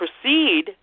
proceed